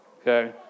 Okay